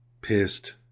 pissed